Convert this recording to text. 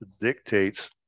dictates